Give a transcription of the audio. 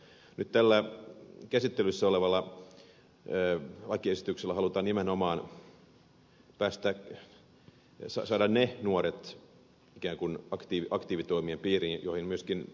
nyt tällä käsittelyssä olevalla lakiesityksellä halutaan nimenomaan saada ne nuoret ikään kuin aktiivitoimien piiriin joihin myöskin ed